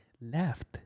left